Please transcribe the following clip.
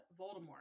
Voldemort